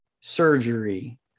surgery